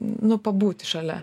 nu pabūti šalia